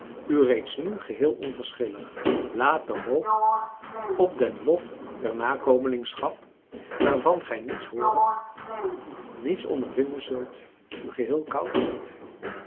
u reeds nu geheel onverschillig laat de hoop op den lof der nakomelingschap waarvan gij niets hooren niets ondervinden zult u geheel koud